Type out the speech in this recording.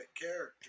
character